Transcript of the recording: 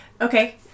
Okay